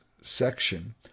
section